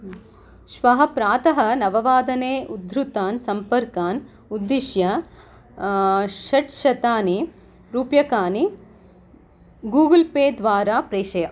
श्वः प्रातः नववादने उद्धृतान् सम्पर्कान् उद्दिश्य षड्शतानि रूप्यकानि गूगुल् पे द्वारा प्रेषय